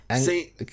See